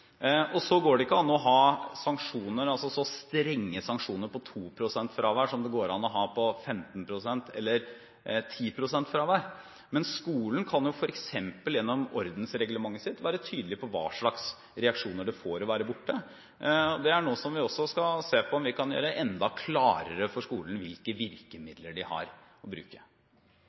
akseptabelt. Så går det ikke an å ha så strenge sanksjoner for 2 pst. fravær som det går an å ha for 15 pst., eller for 10 pst. fravær, men skolene kan jo f.eks. gjennom ordensreglementet sitt være tydelig på hva slags reaksjoner det får å være borte. Det er noe som vi også skal se på – om det er noe vi kan gjøre enda klarere for skolene, og hvilke virkemidler de har å bruke.